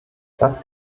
das